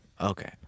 Okay